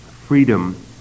freedom